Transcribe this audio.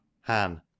han